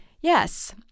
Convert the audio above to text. Yes